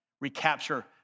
recapture